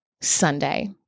Sunday